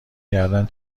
کردن